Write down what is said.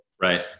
Right